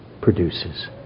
produces